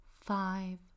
five